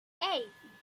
hey